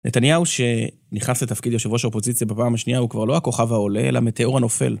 נתניהו שנכנס לתפקיד יושבו של אופוזיציה בפעם השנייה הוא כבר לא הכוכב העולה אלא מטאור הנופל.